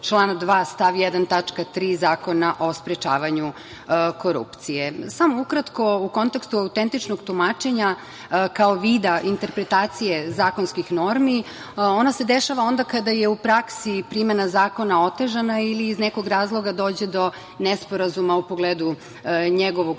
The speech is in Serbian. člana 2. stav 1. tačka 3) Zakona o sprečavanju korupcije. Samo ukratko. U kontekstu autentičnog tumačenja kao vida interpretacije zakonskih normi, ona se dešava onda kada je u praksi primena zakona otežana ili iz nekog razloga dođe do nesporazuma u pogledu njegovog